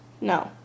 No